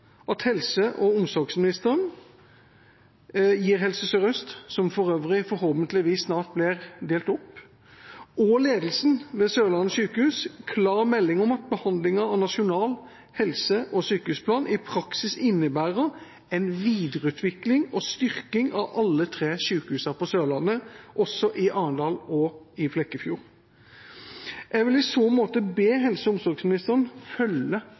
at helse- og omsorgsministeren gir Helse Sør-Øst – som for øvrig forhåpentligvis snart blir delt opp – og ledelsen ved Sørlandet sykehus klar melding om at behandlinga av nasjonal helse- og sykehusplan i praksis innebærer en videreutvikling og styrking av alle de tre sykehusene på Sørlandet, også i Arendal og i Flekkefjord. Jeg vil i så måte be helse- og omsorgsministeren følge